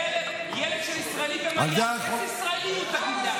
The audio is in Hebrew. רגע, ילד של ישראלי במיאמי, איזה ישראלי הוא?